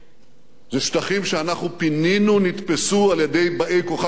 זה ששטחים שאנחנו פינינו נתפסו על-ידי באי-כוחה של אירן.